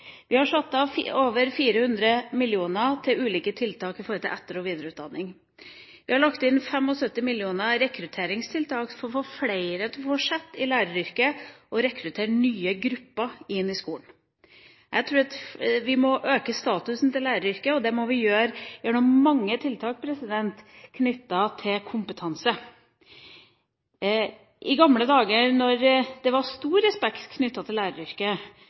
Vi har satt av over 400 mill. kr til ulike tiltak innenfor etter- og videreutdanning. Vi har lagt inn 75 mill. kr til rekrutteringstiltak for å få flere til å fortsette i læreryrket og å rekruttere nye grupper inn i skolen. Jeg tror at vi må øke statusen til læreryrket, og det må vi gjøre gjennom mange tiltak knyttet til kompetanse. I gamle dager, da det var stor respekt for læreryrket, var respekten knyttet til